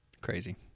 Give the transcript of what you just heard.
Crazy